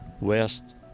west